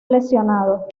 lesionado